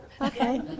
Okay